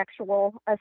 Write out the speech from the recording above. sexual